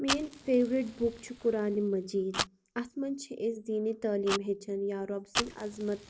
میٲنۍ favourite book چھِ قُرانِ مجیٖد اتھ مَنٛز چھِ أسۍ دیٖنی تٲلیٖم ہیٚچھان یا رب سٕنٛد عظمت